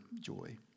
joy